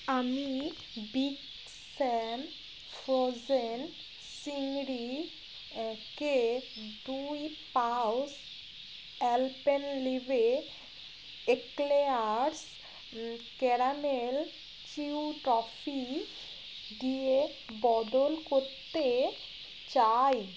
আমি বিগ স্যান ফ্রোজেন চিংড়ি কে দুই pouch Alpenliebe eclairs caramel chew top সি দিয়ে বদল করতে চাই